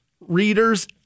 readers